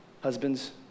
Husbands